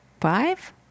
Five